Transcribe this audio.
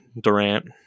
Durant